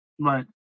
Right